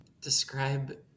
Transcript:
Describe